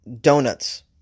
donuts